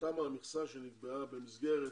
שתמה המכסה שנקבעה במסגרת